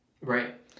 Right